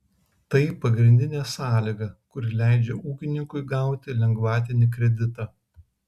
tai pagrindinė sąlyga kuri leidžia ūkininkui gauti lengvatinį kreditą